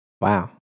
wow